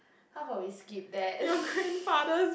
how about we skip that